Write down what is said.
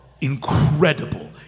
incredible